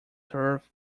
turf